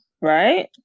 Right